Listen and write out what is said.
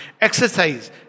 Exercise